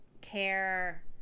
care